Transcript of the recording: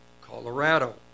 Colorado